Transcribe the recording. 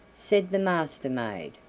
said the master-maid.